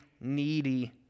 needy